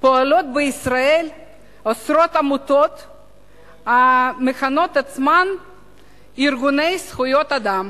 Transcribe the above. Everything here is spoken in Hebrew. פועלות בישראל עשרות עמותות המכנות עצמן ארגוני זכויות אדם.